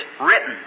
written